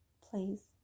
Please